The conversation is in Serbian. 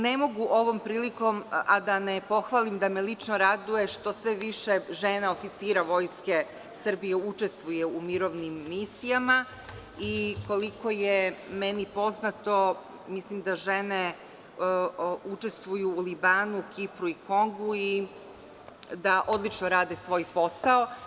Ne mogu ovom prilikom a da ne pohvalim da me lično raduje što sve više žena oficira Vojske Srbije učestvuje u mirovnim misijama i, koliko je meni poznato, mislim da žene učestvuju u Libanu, Kipru i Kongu i da odlično rade svoj posao.